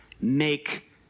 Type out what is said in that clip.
make